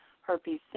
herpes